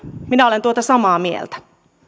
minä olen tuota samaa mieltä